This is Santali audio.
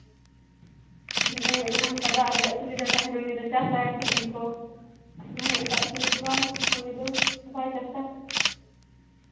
ᱡᱟᱦᱟᱸᱭᱟᱜ ᱡᱟᱦᱟᱸᱞᱮᱠᱟ ᱫᱟᱜ ᱨᱮᱱᱟᱜ ᱥᱩᱵᱤᱫᱟ ᱛᱟᱦᱮᱱᱟ ᱩᱱᱤ ᱫᱚ ᱪᱟᱥᱟᱭ ᱥᱚᱵᱽᱡᱤ ᱠᱚ ᱡᱟᱦᱟᱸᱭᱟᱜ ᱫᱟᱜ ᱥᱩᱵᱤᱫᱟ ᱵᱟᱝ ᱛᱟᱦᱮᱱᱟ ᱩᱱᱤ ᱫᱚ ᱵᱟᱭ ᱪᱟᱥᱟ